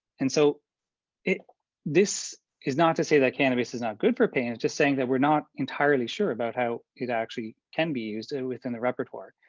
and so this is not to say that cannabis is not good for pain, it's just saying that we're not entirely sure about how it actually can be used within the repertoire,